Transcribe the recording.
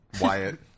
Wyatt